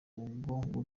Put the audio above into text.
bwo